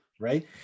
Right